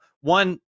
one